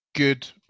Good